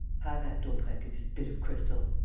have at daubrecq and his bit of crystal!